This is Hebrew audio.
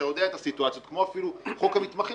אתה יודע את הסיטואציות כמו בחוק המתמחים